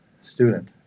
student